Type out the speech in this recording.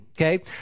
Okay